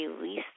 release